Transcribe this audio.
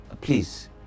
please